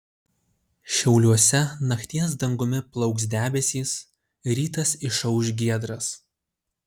šiauliuose nakties dangumi plauks debesys rytas išauš giedras